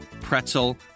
pretzel